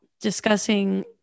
discussing